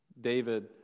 David